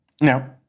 Now